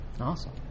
awesome